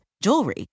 jewelry